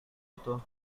itu